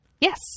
Yes